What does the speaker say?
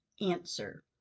Answer